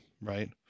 right